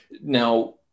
Now